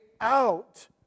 out